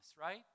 right